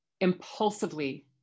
impulsively